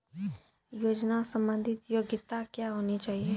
योजना संबंधित योग्यता क्या होनी चाहिए?